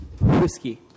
whiskey